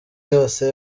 yose